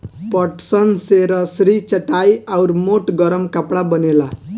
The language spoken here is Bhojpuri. पटसन से रसरी, चटाई आउर मोट गरम कपड़ा बनेला